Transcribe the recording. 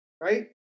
Right